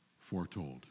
foretold